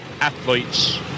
athletes